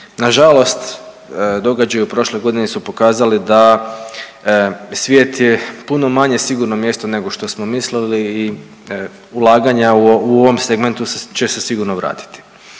nažalost događaji u prošloj godini su pokazali da svijet je puno manje sigurno mjesto nego što smo mislili i ulaganja u ovom segmentu će se sigurno vratiti.